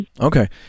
Okay